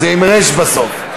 זה עם רי"ש בסוף.